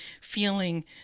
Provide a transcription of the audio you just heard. feeling